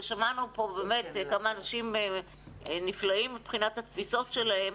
ושמענו פה כמה אנשים נפלאים מבחינת התפיסות שלהם,